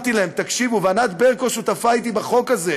אמרתי להם, תקשיבו, ענת ברקו שותפה אתי בחוק הזה,